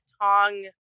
Tong